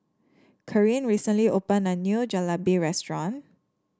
Karyn recently opened a new Jalebi restaurant